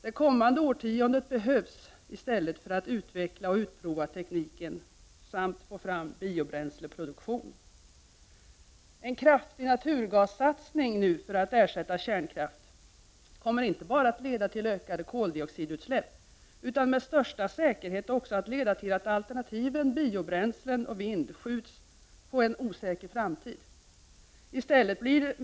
Det kommande årtiondet behövs i stället för att utveckla och utprova tekniken samt få fram biobränsleproduktion. En kraftig naturgassatsning för att ersätta kärnkraften kommer inte bara att leda till ökade koldioxidutsläpp utan med största säkerhet också till att alternativen biobränslen och vind skjuts på en osäker framtid.